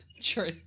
sure